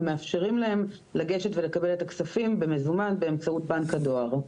ומאפשרים להם לגשת ולקבל את הכספים במזומן באמצעות בנק הדואר.